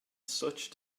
such